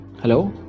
Hello